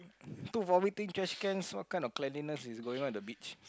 two vomiting trash cans what kind of cleanliness is going on at the beach